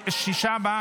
רול,